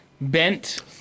bent